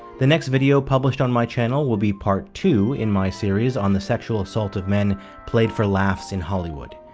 the next video published on my channel will be part two in my series on the sexual assault of men played for laughs in hollywood.